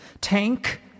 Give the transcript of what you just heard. Tank